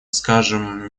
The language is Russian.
скажем